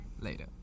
Later